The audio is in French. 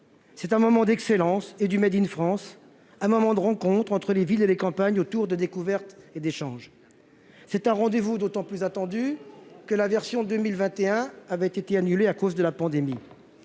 c'est un moment d'excellence et du Made in France à un moment de rencontre entre les villes et les campagnes autour de découverte et d'échanges, c'est un rendez-vous d'autant plus attendu que la version 2021 avait été annulé à cause de la pandémie,